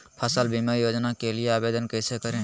फसल बीमा योजना के लिए आवेदन कैसे करें?